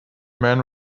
man